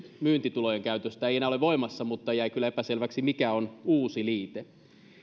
myyntitulojen käytöstä ei enää ole voimassa mutta jäi kyllä epäselväksi mikä on uusi liite